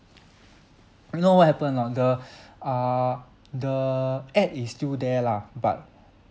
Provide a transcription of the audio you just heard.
you know what happened or not the err the ad is still there lah but